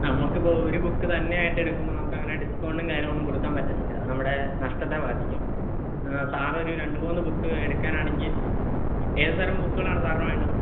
നമുക്കിപ്പോൾ ഒരു ബുക്ക് തന്നെയായിട്ടെടുക്കുമ്പോൾ നമുക്കങ്ങനെ ഡിസ്കൗണ്ടും കാര്യങ്ങളൊന്നും കൊടുക്കാൻ പറ്റത്തില്ല നമ്മുടെ നഷ്ടത്തെ ബാധിക്കും സാറൊരു രണ്ടുമൂന്നു ബുക്ക് എടുക്കാനാണെങ്കിൽ ഏതുതരം ബുക്കുകളാണ് സാറിന് വേണ്ടത്